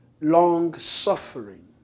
long-suffering